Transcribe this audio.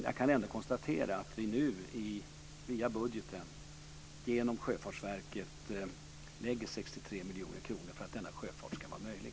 Jag kan dock konstatera att vi nu, via budgeten, genom Sjöfartsverket, lägger 63 miljoner kronor för att denna sjöfart ska vara möjlig.